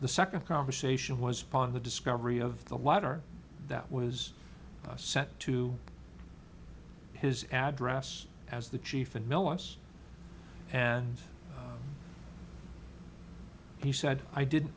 the second conversation was part of the discovery of the letter that was sent to his address as the chief and melons and he said i didn't